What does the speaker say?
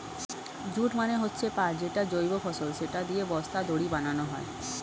jute মানে হচ্ছে পাট যেটা জৈব ফসল, সেটা দিয়ে বস্তা, দড়ি বানানো হয়